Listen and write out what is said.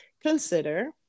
consider